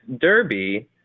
Derby